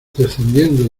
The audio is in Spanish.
descendiendo